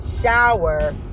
shower